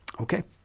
okay.